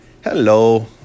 Hello